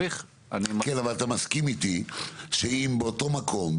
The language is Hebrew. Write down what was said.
אבל אתה מסכים איתי שאם באותו מקום,